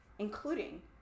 Including